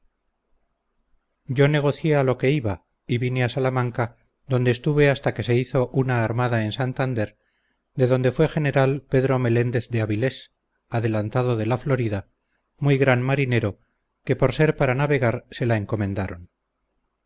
yo negocié a lo que iba y vine a salamanca donde estuve hasta que se hizo una armada en santander de donde fue general pedro meléndez de avilés adelantado de la florida muy gran marinero que por ser para navegar se la encomendaron